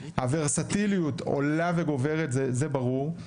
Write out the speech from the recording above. הוורסטיליות עולה וגוברת זה ברור.